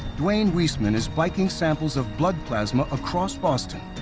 duane wesemann is biking samples of blood plasma across boston,